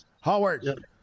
Howard